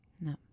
no